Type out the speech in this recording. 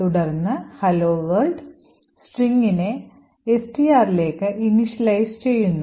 തുടർന്ന് "hello world" സ്ട്രിംഗിനെ strലേക്ക് initialise ചെയ്യുന്നു